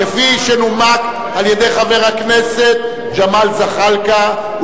כפי שנומק על-ידי חבר הכנסת ג'מאל זחאלקה,